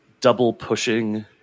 double-pushing